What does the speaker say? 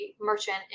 merchant